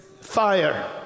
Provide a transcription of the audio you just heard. fire